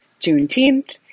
Juneteenth